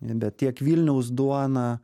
bet tiek vilniaus duona